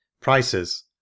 Prices